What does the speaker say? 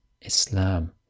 Islam